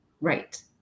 Right